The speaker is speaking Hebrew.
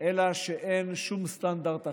אלא שאין שום סטנדרט אחיד.